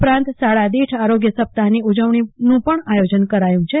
ઉપરાંત શાળા દ ોઠ આરોગ્ય સપ્તાહ ની ઉજવણી નું પણ આયોજન છે